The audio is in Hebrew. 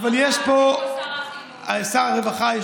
איפה שר הרווחה?